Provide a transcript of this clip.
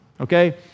okay